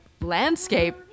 landscape